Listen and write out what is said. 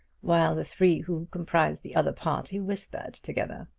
while the three who comprised the other party whispered together.